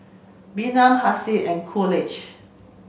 Bynum Hassie and Coolidge